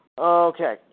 Okay